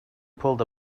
pulled